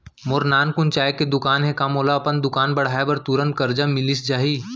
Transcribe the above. मोर नानकुन चाय के दुकान हे का मोला अपन दुकान बढ़ाये बर तुरंत करजा मिलिस जाही?